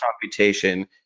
computation